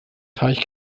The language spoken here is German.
teich